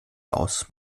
aus